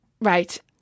Right